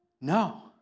No